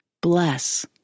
Bless